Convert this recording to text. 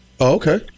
Okay